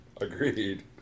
Agreed